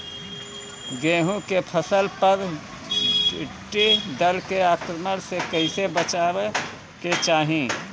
गेहुँ के फसल पर टिड्डी दल के आक्रमण से कईसे बचावे के चाही?